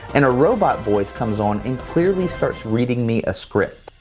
and a robot voice comes on, and clearly starts reading me a script.